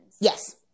Yes